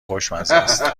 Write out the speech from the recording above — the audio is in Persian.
خوشمزست